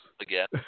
again